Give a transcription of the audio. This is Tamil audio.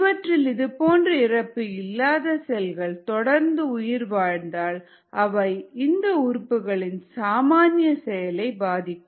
இவற்றில் இதுபோன்ற இறப்பு இல்லாத செல்கள் தொடர்ந்து உயிர் வாழ்ந்தால் அவை இந்த உறுப்புகளின் சாமானிய செயலை பாதிக்கும்